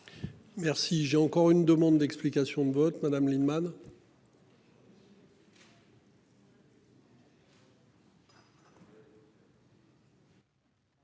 Merci. J'ai encore une demande d'explication de vote Madame Lienemann.